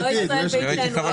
הוא לא מישראל ביתנו.